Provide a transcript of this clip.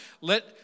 Let